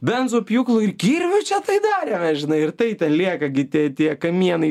benzopjūklu ir kirviu čia tai darėme žinai ir tai ten lieka gi tie tie kamienai